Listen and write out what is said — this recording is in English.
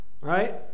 right